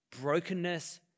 brokenness